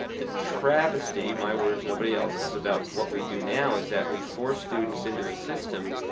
the travesty my words, nobody else's about what we do now is that we force students into a system